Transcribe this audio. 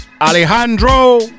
Alejandro